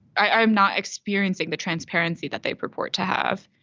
i am not experiencing the transparency that they purport to have.